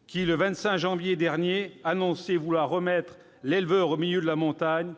: le 25 janvier 2018, il annonçait vouloir remettre « l'éleveur au milieu de la montagne »;